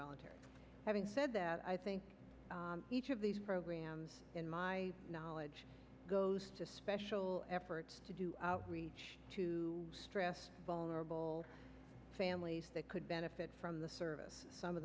involuntary having said that i think each of these programs in my knowledge goes to special efforts to do outreach to stress vulnerable families that could benefit from the service some of